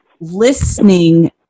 listening